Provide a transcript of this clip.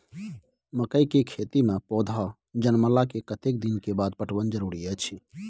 मकई के खेती मे पौधा जनमला के कतेक दिन बाद पटवन जरूरी अछि?